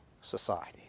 society